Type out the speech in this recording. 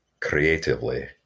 Creatively